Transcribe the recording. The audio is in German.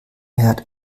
herd